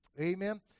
Amen